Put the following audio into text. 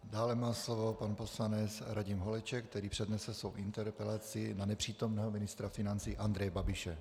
Dále má slovo pan poslanec Radim Holeček, který přednese svou interpelaci na nepřítomného ministra financí Andreje Babiše.